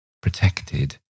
protected